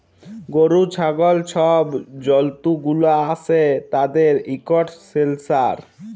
গরু, ছাগল ছব জল্তুগুলা আসে উয়াদের ইকট সেলসাস